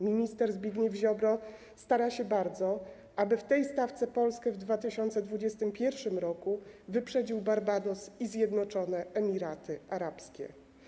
Minister Zbigniew Ziobro stara się bardzo, aby w tej stawce Polskę w 2021 r. wyprzedziły Barbados i Zjednoczone Emiraty Arabskie.